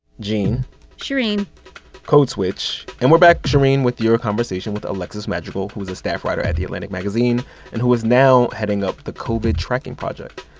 gene shereen code switch. and we're back, shereen, with your conversation with alexis madrigal who is a staff writer at the atlantic magazine and who is now heading up the covid tracking project.